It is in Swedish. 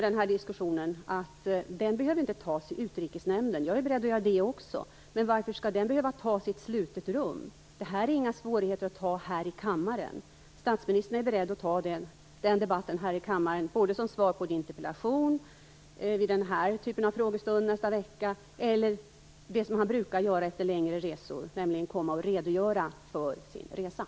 Den här diskussionen behöver inte tas i Utrikesnämnden. Jag är beredd att göra det också, men varför skall den behöva tas i ett slutet rum? Det är inga svårigheter att ta den här i kammaren. Statsministern är beredd att ta den debatten här i kammaren vid svar på interpellationer, vid denna typ av frågestund nästa vecka eller genom att redogöra för sin resa, som han brukar göra efter längre resor.